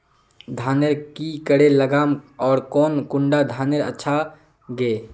धानेर की करे लगाम ओर कौन कुंडा धानेर अच्छा गे?